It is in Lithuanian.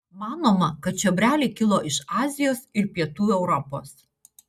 manoma kad čiobreliai kilo iš azijos ir pietų europos